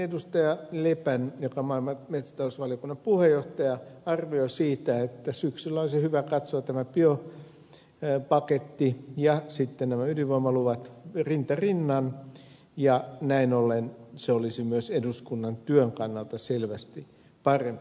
lepän joka on maa ja metsätalousvaliokunnan puheenjohtaja arvio siitä että syksyllä olisi hyvä katsoa tämä biopaketti ja sitten nämä ydinvoimaluvat rinta rinnan olisi myös eduskunnan työn kannalta selvästi parempi